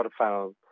quarterfinal